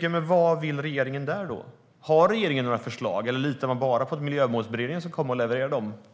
Men vad vill regeringen i fråga om det? Har regeringen några förslag, eller litar man bara på att Miljömålsberedningen ska komma och leverera dem?